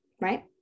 Right